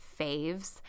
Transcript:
faves